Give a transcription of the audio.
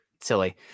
Silly